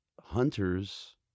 hunters